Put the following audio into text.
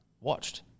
watched